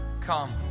come